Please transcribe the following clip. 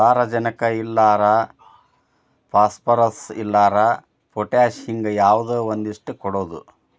ಸಾರಜನಕ ಇಲ್ಲಾರ ಪಾಸ್ಪರಸ್, ಇಲ್ಲಾರ ಪೊಟ್ಯಾಶ ಹಿಂಗ ಯಾವದರ ಒಂದಷ್ಟ ಕೊಡುದು